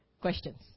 Questions